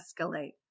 escalate